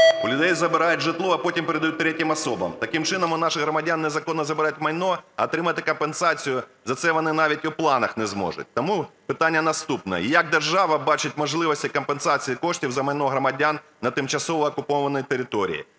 людей забирають житло, а потім передають третім особам, таким чином у наших громадян незаконно забирають майно, а отримати компенсацію за це вони навіть у планах не зможуть. Тому питання наступне. Як держава бачить можливості компенсації коштів за майно громадян на тимчасово окупованій території?